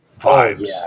vibes